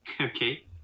Okay